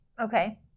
Okay